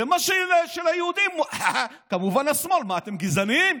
ומה ששל היהודים, כמובן השמאל: מה, אתם גזענים?